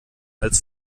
als